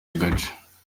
gace